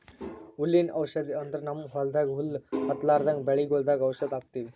ಹುಲ್ಲಿನ್ ಔಷಧ್ ಅಂದ್ರ ನಮ್ಮ್ ಹೊಲ್ದಾಗ ಹುಲ್ಲ್ ಹತ್ತಲ್ರದಂಗ್ ಬೆಳಿಗೊಳ್ದಾಗ್ ಔಷಧ್ ಹಾಕ್ತಿವಿ